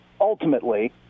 ultimately